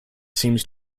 seems